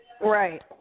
Right